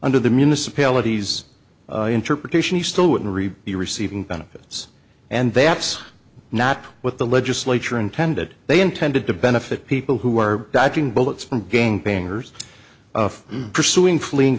under the municipality's interpretation he still wouldn't be receiving benefits and that's not what the legislature intended they intended to benefit people who are dodging bullets from gangbangers of pursuing fleeing